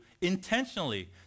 intentionally